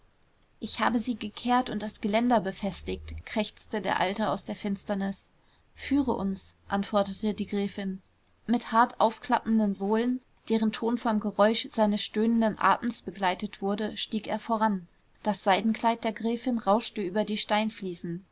ich habe sie gekehrt und das geländer befestigt krächzte der alte aus der finsternis führe uns antwortete die gräfin mit hart aufklappenden sohlen deren ton vom geräusch seines stöhnenden atems begleitet wurde stieg er voran das seidenkleid der gräfin rauschte über die steinfliesen